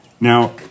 Now